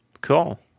Cool